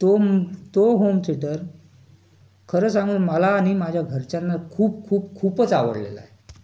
तोम तो home theatre खरं सांगू मला आणि माझ्या घरच्यांना खूप खूप खूपच आवडलेला आहे